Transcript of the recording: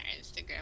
Instagram